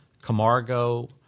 Camargo